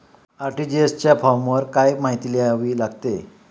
RTGS च्या फॉर्मवर काय काय माहिती लिहावी लागते?